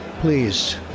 Please